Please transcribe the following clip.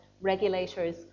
regulators